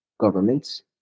governments